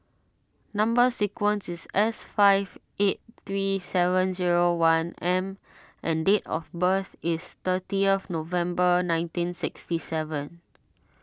Number Sequence is S six five eight three seven zero one M and date of birth is thirtieth November nineteen sixty seven